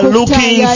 looking